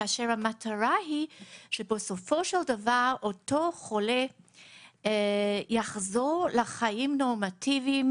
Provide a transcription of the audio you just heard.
כאשר המטרה היא שבסופו של דבר אותו חולה יחזור לחיים נורמטיביים,